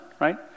right